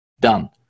Done